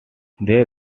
there